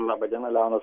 laba diena leonas